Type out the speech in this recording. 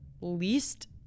least